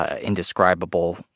Indescribable